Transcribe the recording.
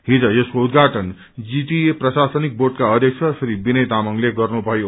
हिज यसको उदृधाटन जीटिए प्रशासनिक र्बोडको अध्यक्ष श्री विनय तायंगले गर्नुभयो